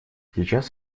сейчас